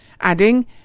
adding